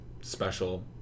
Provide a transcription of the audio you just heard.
special